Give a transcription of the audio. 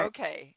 Okay